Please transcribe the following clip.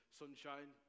sunshine